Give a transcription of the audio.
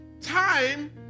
time